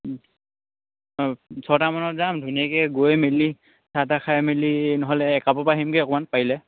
অঁ ছটামানত যাম ধুনীয়াকৈ গৈ মেলি চাহ তাহ খাই মেলি নহ'লে খাপৰ পা আহিমগৈ অকণমান পাৰিলে